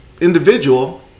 individual